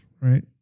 right